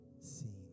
seen